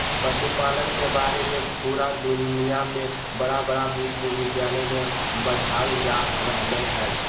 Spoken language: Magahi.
पशुपालन के बारे में पुरा दुनया में बड़ा बड़ा विश्विद्यालय में पढ़ाल जा रहले हइ